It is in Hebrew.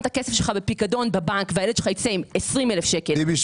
את הכסף שלך בפיקדון בבנק וילד שלך ייצא עם 20,000 שקל או